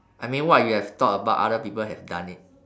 I mean what you have thought about other people have done it